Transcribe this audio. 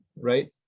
right